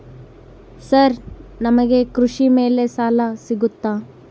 Sir ನಮಗೆ ಕೃಷಿ ಮೇಲೆ ಸಾಲ ಸಿಗುತ್ತಾ?